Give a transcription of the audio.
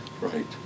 Right